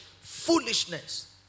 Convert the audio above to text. foolishness